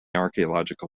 archaeological